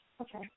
Okay